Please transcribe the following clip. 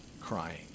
crying